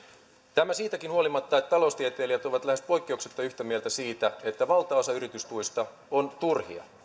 tämä siitäkin huolimatta että taloustieteilijät ovat lähes poikkeuksetta yhtä mieltä siitä että valtaosa yritystuista on turhia